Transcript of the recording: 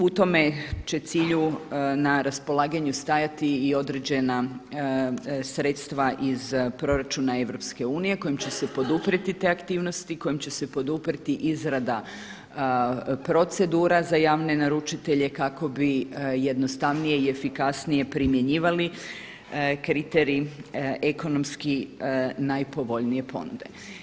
U tome će cilju na raspolaganju stajati i određena sredstva iz proračuna EU kojim će se poduprijeti te aktivnosti, kojim će se poduprijeti izrada procedura za javne naručitelje kako bi jednostavnije i efikasnije primjenjivali kriterij ekonomski najpovoljnije ponude.